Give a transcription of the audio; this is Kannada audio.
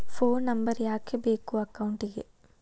ಫೋನ್ ನಂಬರ್ ಯಾಕೆ ಬೇಕು ಅಕೌಂಟಿಗೆ?